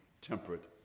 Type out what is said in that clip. temperate